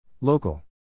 Local